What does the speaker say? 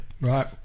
Right